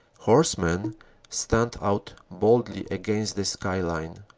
horsemen stand out boldly against the sky line.